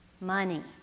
Money